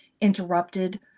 interrupted